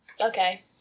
Okay